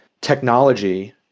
technology